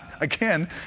Again